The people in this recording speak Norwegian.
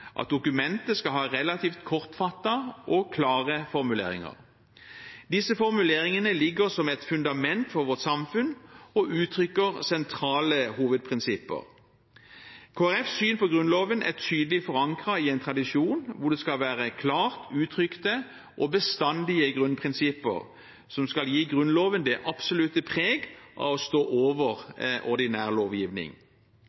at dokumentet skal ha relativt kortfattede og klare formuleringer. Disse formuleringene ligger som et fundament for vårt samfunn og uttrykker sentrale hovedprinsipper. Kristelig Folkepartis syn på Grunnloven er tydelig forankret i en tradisjon hvor det skal være klart uttrykte og bestandige grunnprinsipper, som skal gi Grunnloven det absolutte preg av å stå